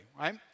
right